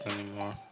anymore